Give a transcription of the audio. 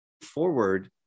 forward